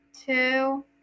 two